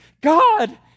God